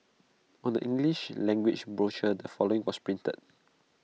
on the English language brochure the following was printed